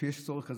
כשיש צורך כזה,